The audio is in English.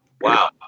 Wow